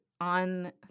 on